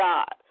God